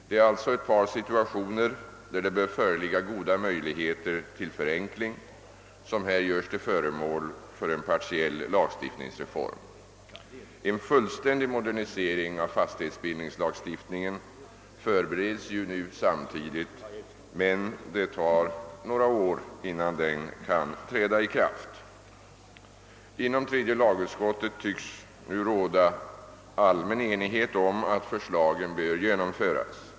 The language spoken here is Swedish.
Det är sålunda situationer där det bör föreligga goda möjligheter till förenkling som här gjorts till föremål för en partiell lagstiftningsreform. En fullständig modernisering av fastighetsbildningslagstiftningen håller ju samtidigt på att förberedas, men det tar några år innan den nya lagstiftningen kan träda i kraft. Inom tredje lagutskottet tycks det nu råda allmän enighet om att förslagen bör genomföras.